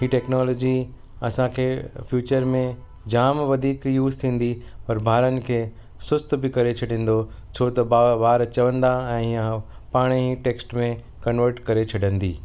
ई technology असांखे future में जाम वधीक यूस थींदी पर ॿारनि खे सुस्त बि करे छॾींदो छो त बा ॿार चवंदा ऐं ईअं पाणई टेक्स्ट में कंवट करे छॾंदी